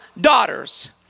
daughters